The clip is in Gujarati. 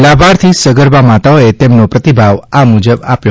લાભાર્થી સગર્ભા માતાઓએ તેઓનો પ્રતિભાવ આ મુજબ આપ્યો